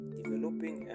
developing